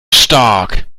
stark